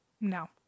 no